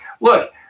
look